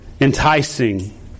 enticing